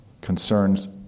concerns